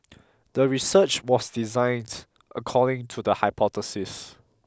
the research was designed according to the hypothesis